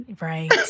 Right